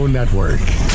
Network